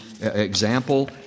example